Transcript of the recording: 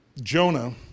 Jonah